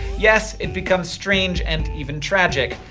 yes, it becomes strange, and even tragic.